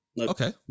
Okay